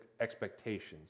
expectations